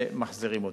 ומחזירים אותם.